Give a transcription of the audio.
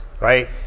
right